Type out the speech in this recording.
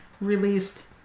released